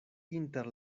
inter